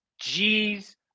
G's